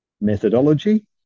methodology